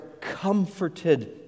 comforted